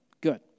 good